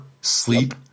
sleep